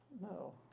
no